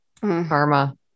Karma